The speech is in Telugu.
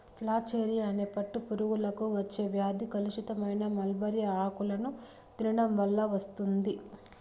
ఫ్లాచెరీ అనే పట్టు పురుగులకు వచ్చే వ్యాధి కలుషితమైన మల్బరీ ఆకులను తినడం వల్ల వస్తుంది